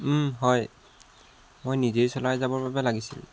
হয় মই নিজেই চলাই যাবৰ বাবে লাগিছিল